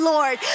Lord